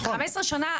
15 שנה,